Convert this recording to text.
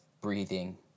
breathing